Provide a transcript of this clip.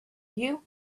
you